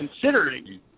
considering